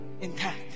intact